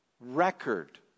record